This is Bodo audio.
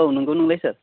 औ नोंगौ नोंलाय सोर